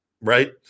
right